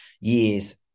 years